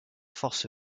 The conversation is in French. force